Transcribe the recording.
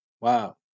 Wow